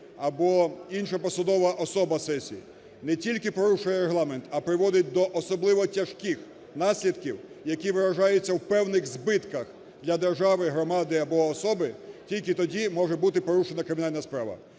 або інша посадова особа сесії не тільки порушує регламент, а приводить до особливо тяжких наслідків, які виражаються у певних збитках для держави, громади або особи, тільки тоді може бути порушена кримінальна справа.